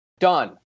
done